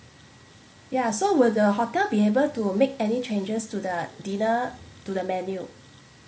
ya so will the hawker be able to make any changes to the dinner to the menu